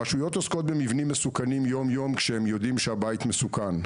הרשויות עוסקות במבנים מסוכנים יום-יום כשהם יודעים שהבית מסוכן.